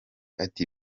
ati